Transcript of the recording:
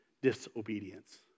disobedience